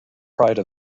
pride